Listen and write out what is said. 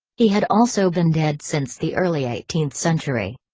he had also been dead since the early eighteenth century.